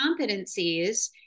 competencies